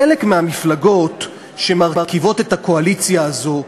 חלק מהמפלגות שמרכיבות את הקואליציה הזאת,